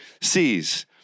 sees